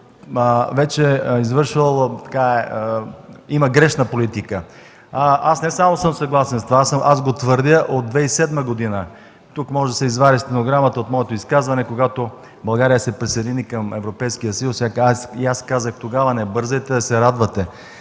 вече има грешна политика. Аз не само съм съгласен с това, аз го твърдя от 2007 г. Може да се извади стенограмата от моето изказване, когато България се присъедини към Европейския съюз и аз казах тогава: „Не бързайте да се радвате,